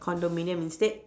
condominium instead